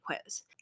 quiz